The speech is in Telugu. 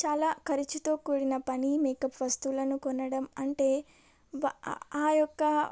చాలా ఖర్చుతో కూడిన పని మేకప్ వస్తువులను కొనడం అంటే ఆ యొక్క